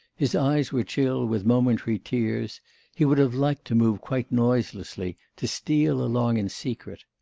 his eyes were chill with momentary tears he would have liked to move quite noiselessly, to steal along in secret.